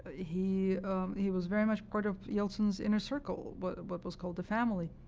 he he was very much part of yeltsin's inner circle, what but was called the family,